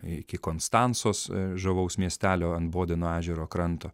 iki konstancos žavaus miestelio ant bodeno ežero kranto